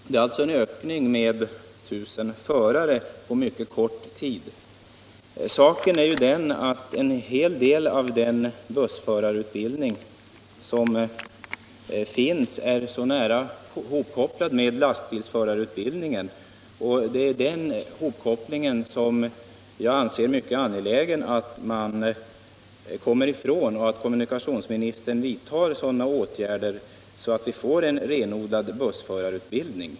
De visar alltså en ökning med 1000 förare på mycket kort tid. En del av den bussförarutbildning som finns är nära hopkopplad med lastbilsförarutbildningen, och det kan vara en anledning till att fler tar busskort än som i verkligheten ägnar sig åt yrket. Jag anser det vara mycket angeläget att man kommer ifrån denna hopkoppling och att kommunikationsministern verkar för att vi får en renodlad bussförarutbildning.